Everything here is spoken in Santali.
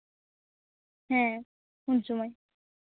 ᱦᱮᱸ ᱩᱱ ᱥᱚᱢᱚᱭ